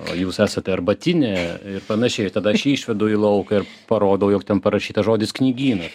o jūs esate arbatinė ir panašiai ir tada aš išvedu į lauką ir parodau jog ten parašytas žodis knygynas